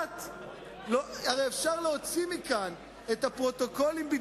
הרי אפשר להוציא מכאן את הפרוטוקולים של